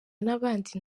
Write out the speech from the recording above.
n’abandi